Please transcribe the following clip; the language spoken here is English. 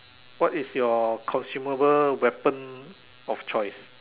what is your consumable weapon of choice